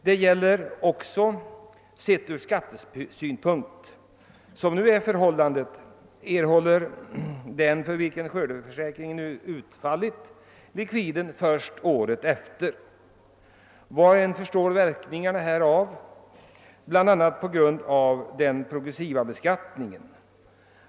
Det gäller också från skattesynpunkt. Nu erhåller den för vilken skördeförsäk ringen utfallit likviden först året efter. Var och en förstår verkningarna härav, bl.a. på grund av den progressiva beskattningen.